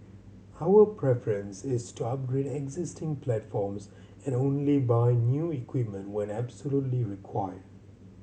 our preference is to upgrade existing platforms and only buy new equipment when absolutely required